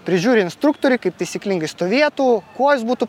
prižiūri instruktoriai kaip taisyklingai stovėtų kojos būtų